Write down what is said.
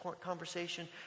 conversation